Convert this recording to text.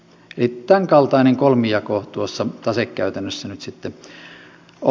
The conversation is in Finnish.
eli tämänkaltainen kolmijako tuossa tasekäytännössä nyt sitten on